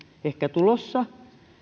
ehkä tulossa